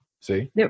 See